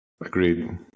Agreed